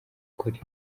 ukuri